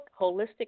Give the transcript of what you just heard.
Holistic